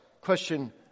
question